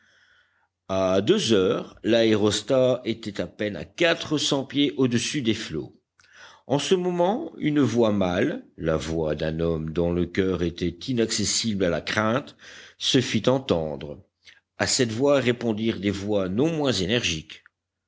à deux heures l'aérostat était à peine à quatre cents pieds audessus des flots en ce moment une voix mâle la voix d'un homme dont le coeur était inaccessible à la crainte se fit entendre à cette voix répondirent des voix non moins énergiques